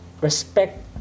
respect